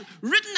written